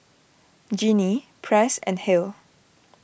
Genie Press and Hale